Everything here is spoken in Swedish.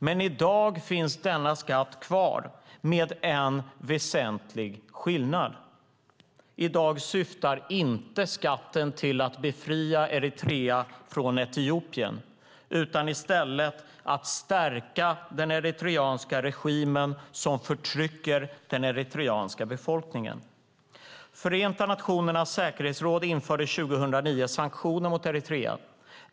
Men i dag finns denna skatt kvar, med en väsentlig skillnad. I dag syftar skatten inte till att befria Eritrea från Etiopien utan i stället till att stärka den eritreanska regimen som förtrycker den eritreanska befolkningen. Förenta nationernas säkerhetsråd införde 2009 sanktioner mot Eritrea.